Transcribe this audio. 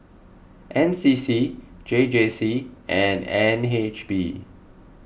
N C C J J C and N H B